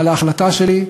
על ההחלטה שלי,